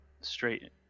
straight